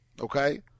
okay